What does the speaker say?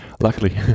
luckily